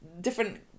different